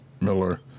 Miller